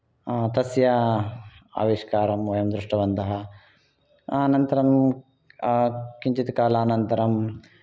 तस्य आविष्कारं वयं दृष्टवन्तः अनन्तरं किञ्चित् कालानन्तरं